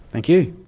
thank you.